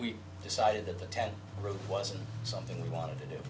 decided that the ten room wasn't something we wanted to do